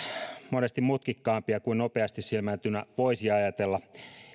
monesti mutkikkaampia kuin nopeasti silmäiltynä voisi ajatella